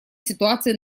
ситуации